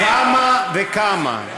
כמה וכמה?